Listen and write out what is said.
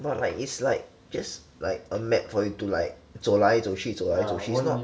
not like it's like just like a map for you to like 走来走去走来走去 it's not one window [one]